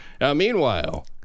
Meanwhile